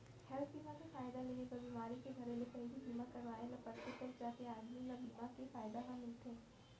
health बीमा के फायदा लेहे बर बिमारी के धरे ले पहिली बीमा करवाय ल परथे तव जाके आदमी ल बीमा के फायदा ह मिलथे